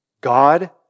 God